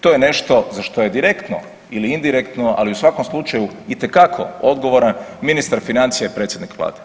To je nešto za što je direktno ili indirektno, ali u svakom slučaju itekako odgovoran ministar financija i predsjednik vlade.